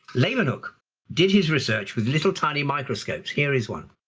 leeuwenhoek did his research with little tiny microscopes. here is one.